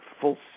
full